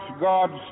God's